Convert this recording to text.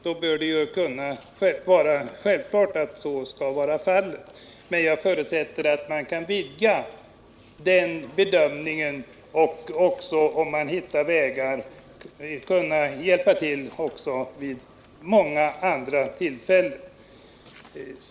Då bör barntillsyn givetvis kunna ordnas. Men jag förutsätter att man kan utvidga den här bedömningen och även, om man kan hitta vägar, hjälpa till vid många andra tillfällen.